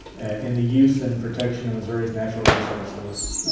and the use and protection of missouri's natural resources,